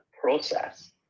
process